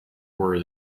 were